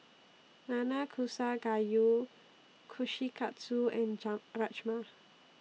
Nanakusa Gayu Kushikatsu and Rajma